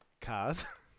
cars